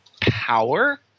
power